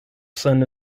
seine